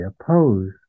opposed